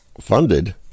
funded